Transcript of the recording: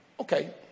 Okay